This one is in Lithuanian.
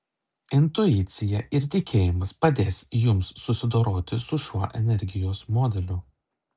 intuicija ir tikėjimas padės jums susidoroti su šiuo energijos modeliu